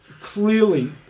clearly